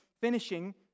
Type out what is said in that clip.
finishing